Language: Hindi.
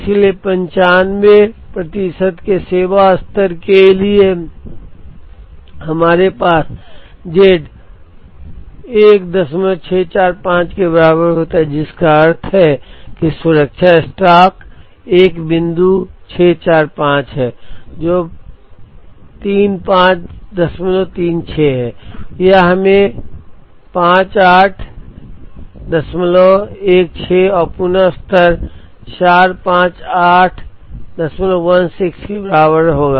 इसलिए 95 प्रतिशत के सेवा स्तर के लिए हमारे पास z 1645 के बराबर होता है जिसका अर्थ है कि सुरक्षा स्टॉक 1 बिंदु 645 है जो 3536 है यह हमें 5816 और पुन स्तर 45816 के बराबर होगा